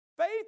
Faith